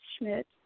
Schmidt